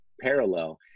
parallel